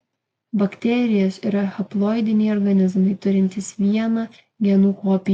bakterijos yra haploidiniai organizmai turintys vieną genų kopiją